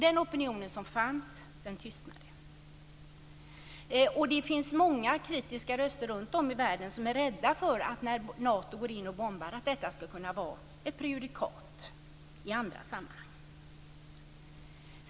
Det finns många kritiska röster runtom i världen som är rädda för att Natos bombningar skall bli ett prejudikat i andra sammanhang.